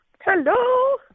Hello